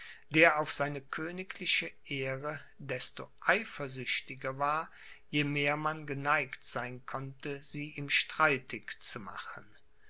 der auf seine königliche ehre desto eifersüchtiger war je mehr man geneigt sein konnte sie ihm streitig zu machen